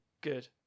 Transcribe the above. Good